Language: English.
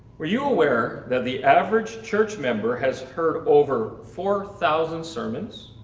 were you aware that the average church member has heard over four thousand sermons?